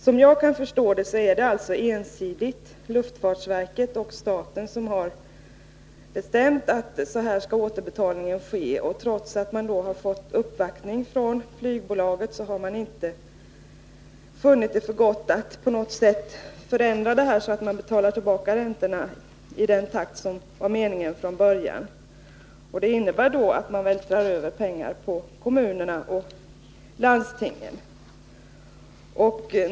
Som jag kan förstå det är det alltså ensidigt luftfartsverket och staten som har bestämt att återbetalningen skall ske på detta sätt. Trots att det gjorts en uppvaktning från flygbolaget har man inte funnit för gott att på något sätt göra en ändring, så att man betalar tillbaka räntorna i den takt som var meningen från början. Det innebär att man vältrar över kostnader på kommunerna och landstingen.